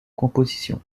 composition